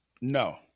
No